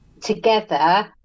together